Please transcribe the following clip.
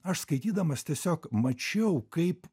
aš skaitydamas tiesiog mačiau kaip